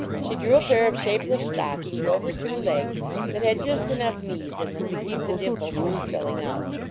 she drew a pair of shapeless stockings over two legs that had just enough knees in them to keep the dimples from spilling out.